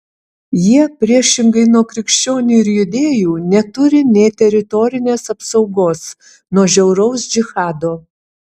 jie priešingai nuo krikščionių ir judėjų neturi nė teritorinės apsaugos nuo žiauraus džihado